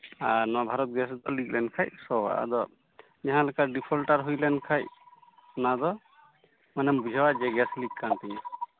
ᱟᱨ ᱱᱚᱣᱟ ᱵᱷᱟᱨᱚᱛ ᱜᱮᱥ ᱨᱮᱫᱚ ᱞᱤᱠ ᱞᱮᱱᱠᱷᱟᱱ ᱥᱚᱣᱟ ᱟᱫᱚ ᱡᱟᱦᱟᱸᱞᱮᱠᱟ ᱰᱤᱯᱷᱚᱞᱰᱟᱨ ᱦᱩᱭ ᱞᱮᱱ ᱠᱷᱟᱱ ᱚᱱᱟ ᱫᱚ ᱢᱟᱱᱮᱢ ᱵᱩᱡᱷᱟᱹᱣᱟ ᱡᱮ ᱜᱮᱥ ᱞᱤᱠ ᱟᱠᱟᱱ ᱛᱤᱧᱟᱹ